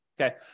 Okay